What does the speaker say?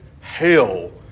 hell